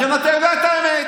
לכן, אתה יודע את האמת.